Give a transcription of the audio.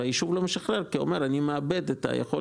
אבל היישוב לא משחרר כי הוא אומר: אני מאבד את היכולת